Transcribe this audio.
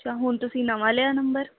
ਅੱਛਾ ਹੁਣ ਤੁਸੀਂ ਨਵਾਂ ਲਿਆ ਨੰਬਰ